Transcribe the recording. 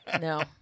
No